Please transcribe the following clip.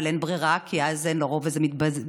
אבל אין ברירה, כי אז אין לו רוב, והוא מתבזה,